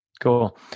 Cool